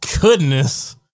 goodness